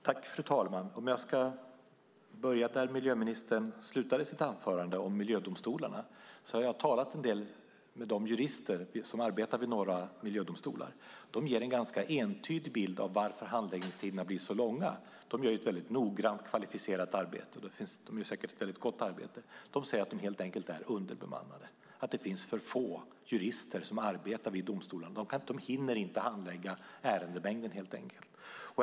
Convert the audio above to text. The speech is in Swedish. Fru talman! Jag ska börja mitt anförande där miljöministern slutade, nämligen med miljödomstolarna. Jag har talat en del med de jurister som arbetar vid några miljödomstolar. De ger en ganska entydig bild av varför handläggningstiderna blir så långa. De gör ett väldigt noggrant och kvalificerat arbete, och det är säkert ett väldigt gott arbete. De säger att de helt enkelt är underbemannade. Det finns för få jurister som arbetar vid domstolarna. De hinner helt enkelt inte handlägga ärendemängden.